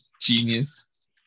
Genius